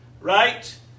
right